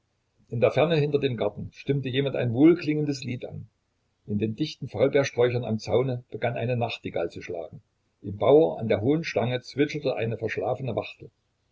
in der ferne hinter dem garten stimmte jemand ein wohlklingendes lied an in den dichten faulbeersträuchern am zaune begann eine nachtigall zu schlagen im bauer an der hohen stange zwitscherte eine verschlafene wachtel